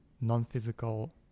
non-physical